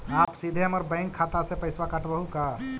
आप सीधे हमर बैंक खाता से पैसवा काटवहु का?